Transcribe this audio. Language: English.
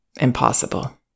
impossible